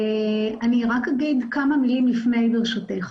אני רק אגיד כמה מילים לפני ברשותך.